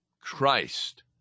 Christ